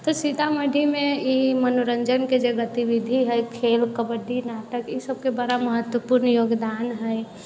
तऽ सीतामढ़ीमे ई मनोरञ्जनके जे गतिविधि हय खेल कबड्डी नाटक ई सभके बड़ा महत्वपूर्ण योगदान हय